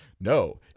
No